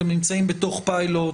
אתם נמצאים בתוך פיילוט,